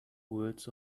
words